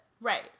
Right